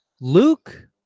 Luke